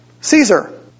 Caesar